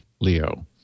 Leo